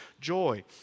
joy